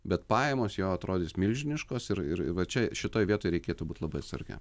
bet pajamos jo atrodys milžiniškos ir ir va čia šitoj vietoj reikėtų būt labai atsargiem